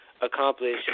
accomplish